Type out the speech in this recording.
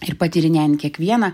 ir patyrinėjant kiekvieną